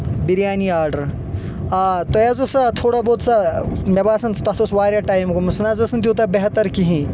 biryani order آ تۄہہ حظ ٲس سۄ تھوڑا بہت سۄ مےٚ باسان تَتھ اوس واریاہ ٹایم گوٚومُت سۄ نہ حظ ٲس نہٕ تیوٗتاہ بہتر کہِنۍ